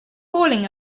calling